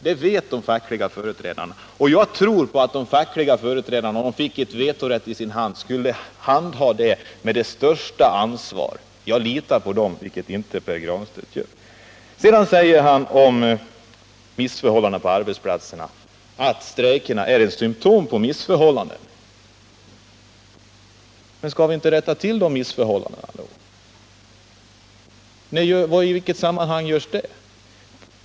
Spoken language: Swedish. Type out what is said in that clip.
Det vet de fackliga företrädarna, och jag tror att de, om de fick en vetorätt i sin hand, skulle handha den med det största ansvar. Jag litar på dem, vilket inte Pär Granstedt gör. Sedan säger Pär Granstedt att strejkerna är ett symtom på missförhållanden på arbetsplatserna. Men skall vi inte rätta till de missförhållandena då? I vilket sammanhang görs det?